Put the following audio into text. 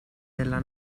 della